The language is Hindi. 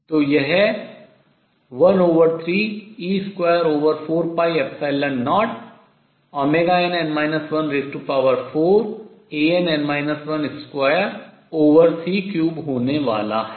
तो यह 13e240nn 14Ann 12c3 होने वाला है